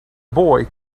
boy